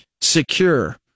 secure